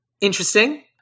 Interesting